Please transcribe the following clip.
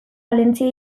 valentzia